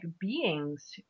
beings